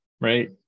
right